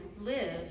live